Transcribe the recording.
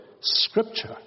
Scripture